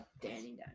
Danny